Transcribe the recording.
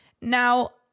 Now